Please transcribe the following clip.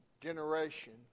generation